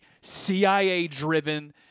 CIA-driven